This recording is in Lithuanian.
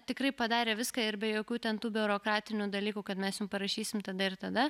tikrai padarė viską ir be jokių ten tų biurokratinių dalykų kad mes jum parašysim tada ir tada